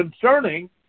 concerning